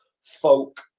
folk